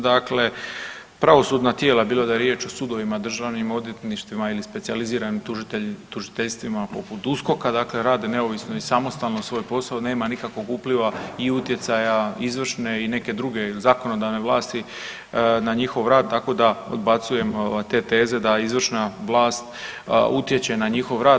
Dakle pravosudna tijela, bilo da je riječ o sudovima, državnim odvjetništvima ili specijaliziranim tužiteljstvima poput USKOK-a, dakle rade neovisno i samostalno svoj posao, nema nikakvog upliva i utjecaja izvršne ili neke druge, zakonodavne vlasti na njihov rad, tako da odbacujem te teze da izvršna vlast utječe na njihov rad.